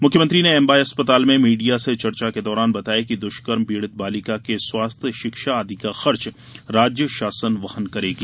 मुख्यमंत्री ने एमवाय अस्पताल में मीडिया से चर्चा के दौरान बताया कि द्ष्कर्म पीड़ित बालिका के स्वास्थ्य शिक्षा आदि का खर्च राज्य शासन वहन करेगी